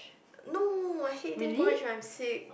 no I hate eating when I sick